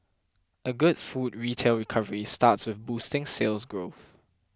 a good food retail recovery starts with boosting Sales Growth